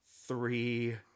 three